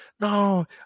no